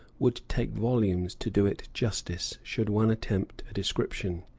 would take volumes to do it justice should one attempt a description.